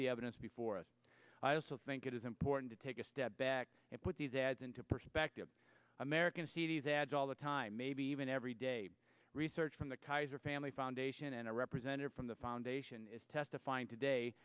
the evidence before us i also think it is important to take a step back and put these ads into perspective americans see these ads all the time maybe even every day research from the kaiser family foundation and a representative from the foundation is testifying today